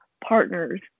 partners